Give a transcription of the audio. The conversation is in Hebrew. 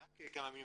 רק כמה מילים.